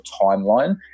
timeline